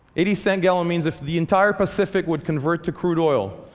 eighty cent gallon means, if the entire pacific would convert to crude oil,